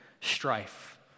strife